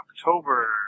October